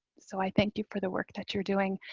so i thank you for the work that you're doing.